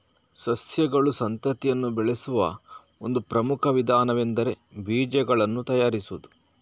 ಸಸ್ಯಗಳು ಸಂತತಿಯನ್ನ ಬೆಳೆಸುವ ಒಂದು ಪ್ರಮುಖ ವಿಧಾನವೆಂದರೆ ಬೀಜಗಳನ್ನ ತಯಾರಿಸುದು